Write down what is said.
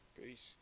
Peace